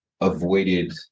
avoided